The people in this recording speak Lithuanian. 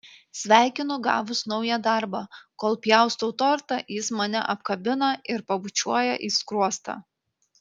sveikinu gavus naują darbą kol pjaustau tortą jis mane apkabina ir pabučiuoja į skruostą